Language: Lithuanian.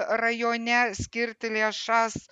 rajone skirti lėšas